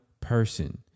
person